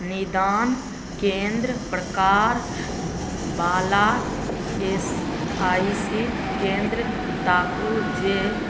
निदान केन्द्र प्रकारवला ई एस आइ सी केन्द्र ताकू जे